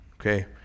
okay